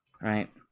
right